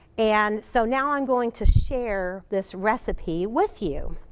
and so now, i'm going to share this recipe with you.